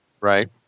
right